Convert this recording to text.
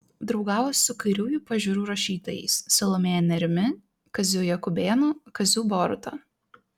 draugavo su kairiųjų pažiūrų rašytojais salomėja nėrimi kaziu jakubėnu kaziu boruta